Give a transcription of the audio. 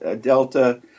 Delta